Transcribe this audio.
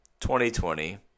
2020